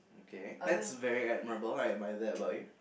okay that's very admirable I admire that about you